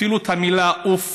אפילו את המילה "אוף",